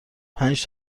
پنج